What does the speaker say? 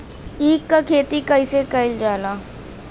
ईख क खेती कइसे कइल जाला?